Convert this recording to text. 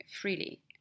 freely